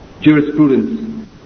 jurisprudence